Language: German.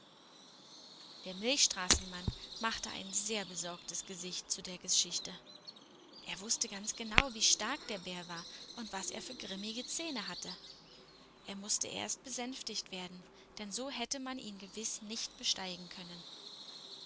der milchstraßenmann machte ein sehr besorgtes gesicht zu der geschichte er wußte ganz genau wie stark der bär war und was er für grimmige zähne hatte er mußte erst besänftigt werden denn so hätte man ihn gewiß nicht besteigen können